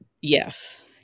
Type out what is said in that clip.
Yes